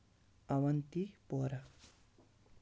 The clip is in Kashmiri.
اونتی پورہ